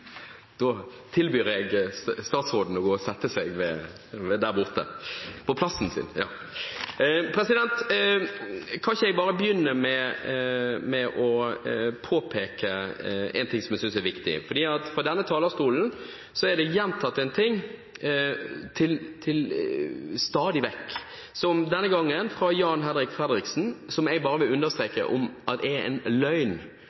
tilbyr jeg statsråden å gå og sette seg der borte på plassen sin. Kanskje jeg bare skal begynne med å påpeke en ting som jeg synes er viktig. Fra denne talerstolen er det stadig vekk gjentatt en ting – som denne gangen, fra Jan-Henrik Fredriksen – som jeg bare vil understreke er løgn. Det er